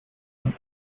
and